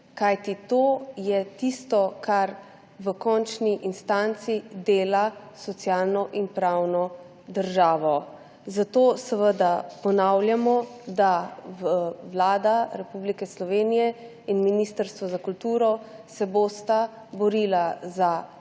Kajti to je tisto, kar v končni instanci dela socialno in pravno državo. Zato ponavljamo, da se bosta Vlada Republike Slovenije in Ministrstvo za kulturo borila za